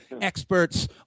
experts